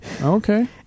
Okay